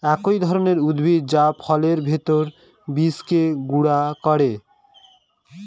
এক ধরনের উদ্ভিদ যা ফলের ভেতর বীজকে গুঁড়া করে